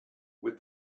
with